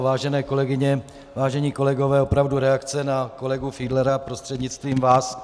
Vážené kolegyně, vážení kolegové, opravdu, reakce na kolegu Fiedlera prostřednictvím vás.